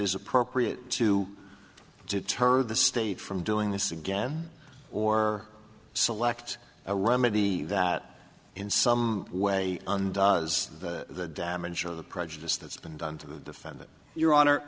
is appropriate to deter the state from doing this again or select a remedy that in some way and as the damage of the prejudice that's been done to the defendant your honor